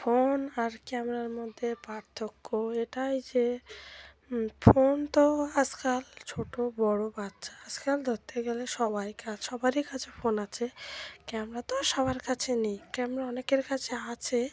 phone আর ক্যামেরার মধ্যে পার্থক্য এটাই যে ফোন তো আজকাল ছোট বড় বাচ্চা আজকাল ধরতে গেলে সবাই কাছ সবারই কাছে ফোন আছে ক্যামেরা তো আর সবার কাছে নেই ক্যামেরা অনেকের কাছে আছে